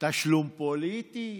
תשלום פוליטי?